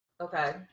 okay